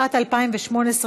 התשע"ט 2018,